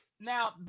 now